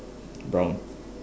brown